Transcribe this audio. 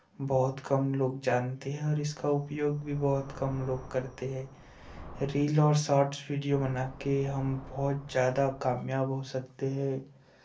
बहुत कम लोग जानते हैं और इसका उपयोग भी बहुत कम लोग करते हैं रील और शॉर्ट्स वीडियो बना के हम बहुत ज़्यादा कामयाब हो सकते हैं